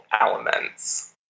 elements